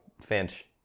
Finch